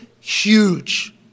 huge